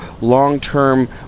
long-term